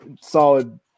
solid